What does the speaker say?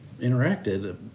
interacted